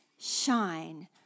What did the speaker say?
shine